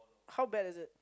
how bad is it